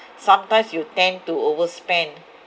sometimes you tend to overspend